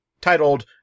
titled